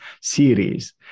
series